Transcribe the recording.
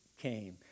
came